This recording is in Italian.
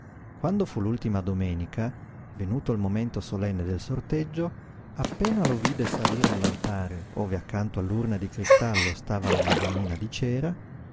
quando fu l'ultima domenica venuto il momento solenne del sorteggio appena lo vide salire all'altare ove accanto all'urna di cristallo stava la madonnina di cera